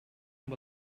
amb